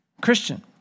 Christian